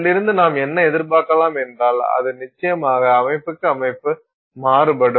அதிலிருந்து நாம் என்ன எதிர்பார்க்கலாம் என்றால் அது நிச்சயமாக அமைப்புக்கு அமைப்பு மாறுபடும்